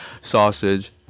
Sausage